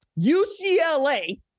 UCLA